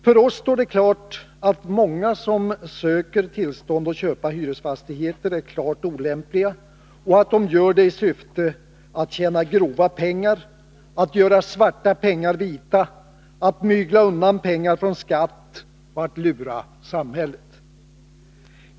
För oss står det klart att många som söker tillstånd att köpa hyresfastigheter är klart olämpliga och att de gör det i syfte att tjäna grova pengar, att göra svarta pengar vita, att mygla undan pengar från skatt och att lura samhället.